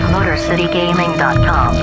MotorCityGaming.com